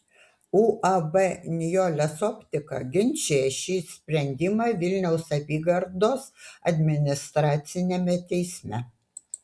uab nijolės optika ginčija šį sprendimą vilniaus apygardos administraciniame teisme